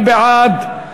מי בעד?